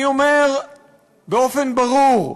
אני אומר באופן ברור,